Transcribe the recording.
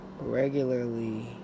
regularly